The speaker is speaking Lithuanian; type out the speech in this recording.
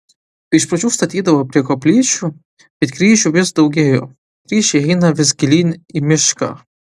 iš pradžių statydavo prie koplyčių bet kryžių vis daugėjo kryžiai eina vis gilyn į mišką